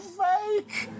fake